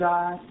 God